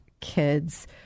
kids